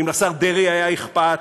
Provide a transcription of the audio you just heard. אם לשר דרעי היה אכפת,